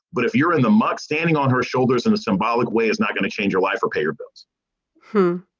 but if you're in the muck standing on her shoulders in a symbolic way, it's not going to change your life or pay your bills hmm.